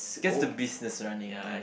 gets the business running ya